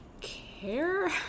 care